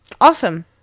awesome